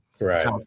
right